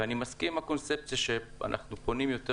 ואני מסכים עם הקונספציה שאנחנו פונים יותר